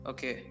Okay